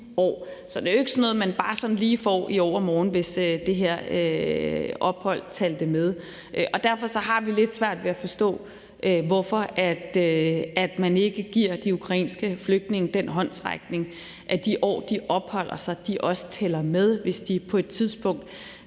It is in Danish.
Så det er ikke sådan noget, man bare sådan lige får i overmorgen, hvis det her ophold talte med. Derfor har vi lidt svært ved at forstå, hvorfor man ikke giver de ukrainske flygtninge den håndsrækning, at de år, de opholder sig her, også tæller med. Man ved jo desværre